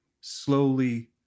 slowly